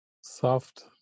soft